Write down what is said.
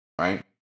right